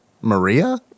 Maria